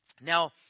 Now